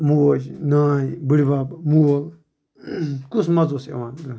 مُوج نانۍ بٔڑبَب مول کُس مزٕ اوس یِوان